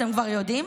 אתם יודעים,